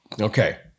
Okay